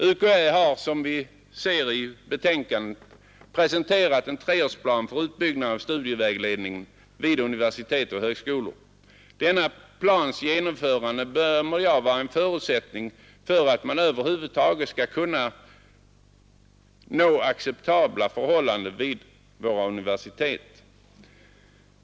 UKÄ har som vi ser i betänkandet presenterat en treårsplan för utbyggnad av studievägledningen vid universitet och högskolor. Denna plans genomförande bedömer jag vara en förutsättning för att man över huvud taget skall kunna nå acceptabla förhållanden vid våra universitet.